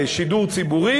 שנקרא שידור ציבורי,